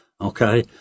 okay